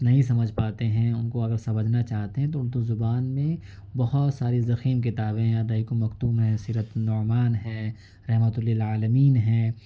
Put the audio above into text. نہیں سمجھ پاتے ہیں ان کو اگر سمجھنا چاہتے ہیں تو اردو زبان میں بہت ساری ضخیم کتابیں ہیں مکتوم ہے سیرت النعمان ہے رحمة للعالمين ہے